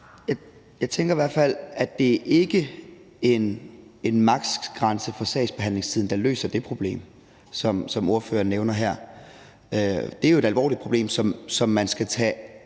Jeg tænker i hvert fald, at det ikke er en maks.-grænse for sagsbehandlingstiden, der løser det problem, som ordføreren nævner her. Det er jo et alvorligt problem, som man skal tage